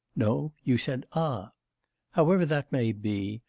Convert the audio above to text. no, you said, ah however that may be,